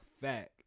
fact